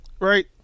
Right